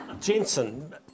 Jensen